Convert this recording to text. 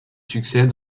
succès